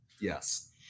Yes